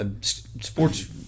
Sports